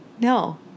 No